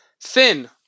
thin